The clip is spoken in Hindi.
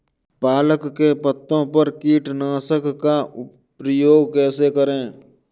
पालक के पत्तों पर कीटनाशक का प्रयोग कैसे करें?